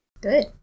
good